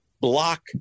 block